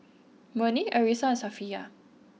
Murni Arissa and Safiya